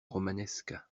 romanesque